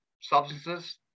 substances